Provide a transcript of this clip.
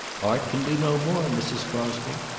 art can do no more, mrs. crosby.